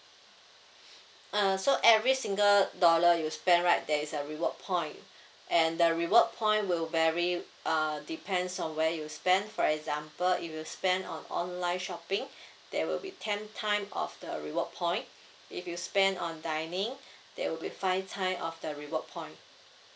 uh so every single dollar you spend right there is a reward point and the reward point will vary uh depends on where you spend for example if you spend on online shopping there will be ten time of the reward point if you spend on dining there will be five time of the reward point